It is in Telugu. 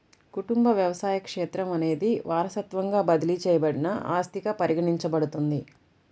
కుటుంబ వ్యవసాయ క్షేత్రం అనేది వారసత్వంగా బదిలీ చేయబడిన ఆస్తిగా పరిగణించబడుతుంది